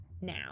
now